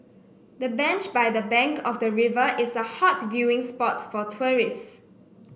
the bench by the bank of the river is a hot viewing spot for tourists